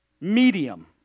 medium